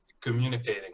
communicating